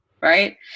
right